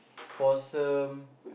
foursome